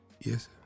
Yes